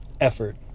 effort